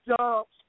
jobs